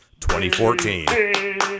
2014